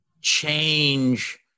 change